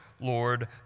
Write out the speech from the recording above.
Lord